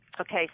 Okay